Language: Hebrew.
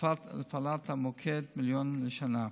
להפעלת המוקד, 1 מיליון לשנה.